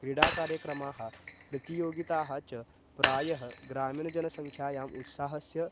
क्रीडाकार्यक्रमाः प्रतियोगिताः च प्रायः ग्रामीणजनसङ्ख्यायाम् उत्साहस्य